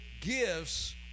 gifts